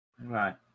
Right